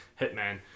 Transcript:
hitman